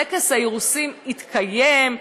טקס האירוסין התקיים,